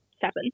seven